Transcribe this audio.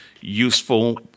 useful